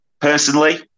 personally